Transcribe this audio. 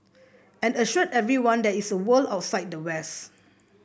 and assured everyone there is a world outside the west